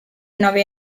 nove